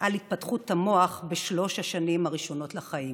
על התפתחות המוח בשלוש השנים הראשונות לחיים.